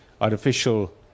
artificial